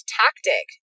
tactic